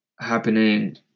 happening